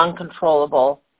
uncontrollable